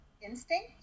instinct